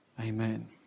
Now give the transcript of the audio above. Amen